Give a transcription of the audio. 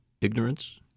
Ignorance